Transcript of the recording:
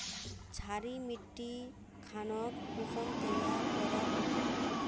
क्षारी मिट्टी खानोक कुंसम तैयार करोहो?